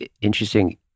interesting